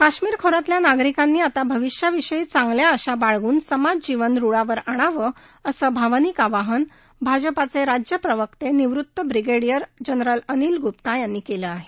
काश्मीर खो यातल्या नागरिकांनी आता भविष्याविषयी चांगल्या आशा बाळगून समाजजीवन रुळावर आणावं असं भावनिक आवाहन भाजपाचे राज्य प्रवक्ते निवृत्त ब्रिगेडीयर जनरल अनिल गुप्ता यांनी केलं आहे